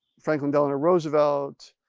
franklin delano roosevelt,